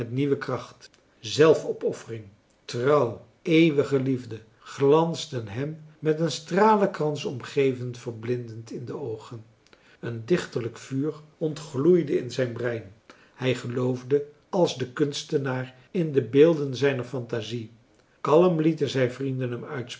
nieuwe kracht zelfopoffering trouw eeuwige liefde glansden hem met een stralenkrans omgeven verblindend in de oogen een dichterlijk vuur ontgloeide in zijn brein hij geloofde als de kunstenaar in de beelden zijner fantasie marcellus emants een drietal novellen kalm lieten zijn vrienden hem uitspreken